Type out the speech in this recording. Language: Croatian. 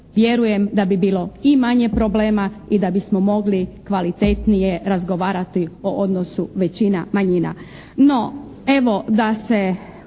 vjerujem da bi bilo i manje problema i da bismo mogli kvalitetnije razgovarati o odnosu većina, manjina.